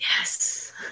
Yes